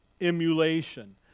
emulation